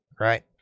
right